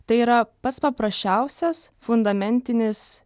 tai yra pats paprasčiausias fundamentinis